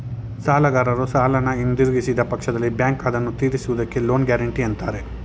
ಸಾಲಗಾರರು ಸಾಲನ ಹಿಂದಿರುಗಿಸಿದ ಪಕ್ಷದಲ್ಲಿ ಬ್ಯಾಂಕ್ ಅದನ್ನು ತಿರಿಸುವುದಕ್ಕೆ ಲೋನ್ ಗ್ಯಾರೆಂಟಿ ಅಂತಾರೆ